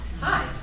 hi